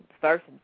first